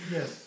Yes